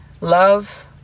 love